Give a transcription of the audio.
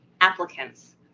applicants